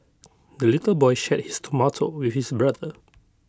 the little boy shared his tomato with his brother